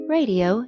Radio